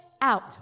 out